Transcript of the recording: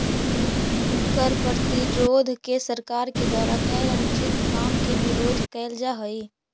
कर प्रतिरोध से सरकार के द्वारा कैल अनुचित काम के विरोध कैल जा हई